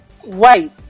white